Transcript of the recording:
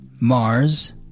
Mars